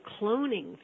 cloning